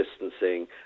distancing